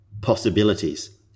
possibilities